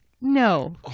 No